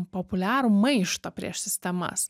populiarų maištą prieš sistemas